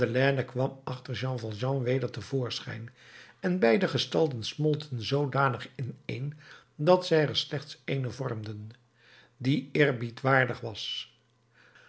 kwam achter jean valjean weder te voorschijn en beide gestalten smolten zoodanig ineen dat zij er slechts ééne vormden die eerbiedwaardig was